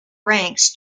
ranks